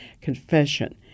confession